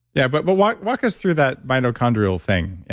yeah but but walk walk us through that mitochondrial thing?